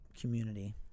community